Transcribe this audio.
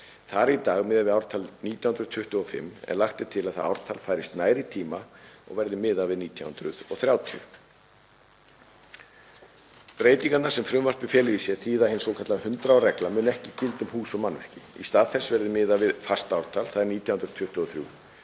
Þar er í dag miðað við ártalið 1925 en lagt er til að það ártal færist nær í tíma og verði miðað við 1930. Breytingarnar sem frumvarpið felur í sér þýða að hin svokallaða 100 ára regla mun ekki gilda um hús og mannvirki. Í stað þess verður miðað við fast ártal, þ.e. 1923,